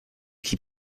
keep